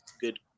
good –